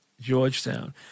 Georgetown